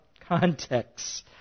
context